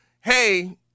hey